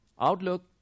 Outlook